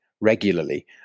regularly